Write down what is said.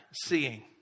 seeing